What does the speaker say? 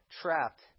trapped